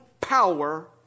power